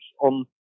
on